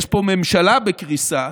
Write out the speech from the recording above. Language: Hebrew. יש פה ממשלה בקריסה,